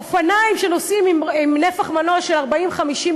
אופניים שנוסעים עם נפח מנוע שמאפשר 50-40